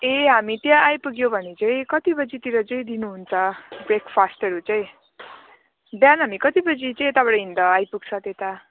ए हामी त्यहाँ आइपुग्यो भने चाहिँ कति बजीतिर चाहिँ दिनुहुन्छ ब्रेकफास्टहरू चाहिँ बिहान हामी कति बजी चाहिँ यताबाट हिँड्दा आइपुग्छ त्यता